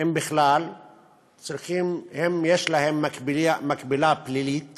בכלל יש להם מקבילה פלילית